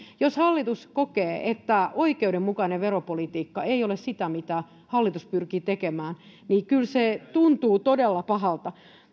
jos hallitus kokee että oikeudenmukainen veropolitiikka ei ole sitä mitä hallitus pyrkii tekemään niin kyllä se tuntuu todella pahalta